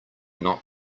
not